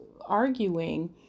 arguing